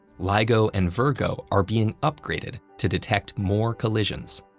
ligo and virgo are being upgraded to detect more collisions.